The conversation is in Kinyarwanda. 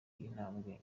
intambwe